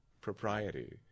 propriety